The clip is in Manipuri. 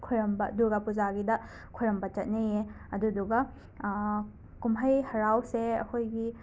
ꯈꯣꯏꯔꯝꯕ ꯗꯨꯔꯒꯥ ꯄꯨꯖꯥꯒꯤꯗ ꯈꯣꯏꯔꯝꯕ ꯆꯠꯅꯩꯌꯦ ꯑꯗꯨꯗꯨꯒ ꯀꯨꯝꯍꯩ ꯍꯔꯥꯎꯁꯦ ꯑꯩꯈꯣꯏꯒꯤ